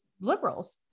liberals